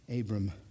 Abram